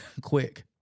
Quick